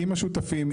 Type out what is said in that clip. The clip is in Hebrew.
עם השותפים,